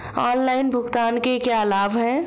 Online भुगतान के क्या लाभ हैं?